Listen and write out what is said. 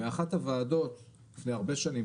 באחת הוועדות לפני הרבה שנים,